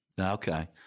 Okay